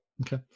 Okay